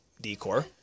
decor